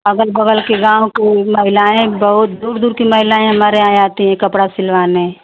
अगल बगल के गाँव की महिलाएँ बहुत दूर दूर की महिलाएँ हमारे यहाँ आती हैं कपड़ा सिलवाने